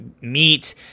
meet